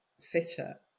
fitter